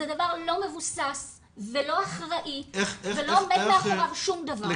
זה דבר לא מבוסס ולא אחראי ולא עומד מאחוריו שום דבר.